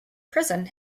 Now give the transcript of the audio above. prison